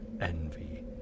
envy